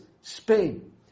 Spain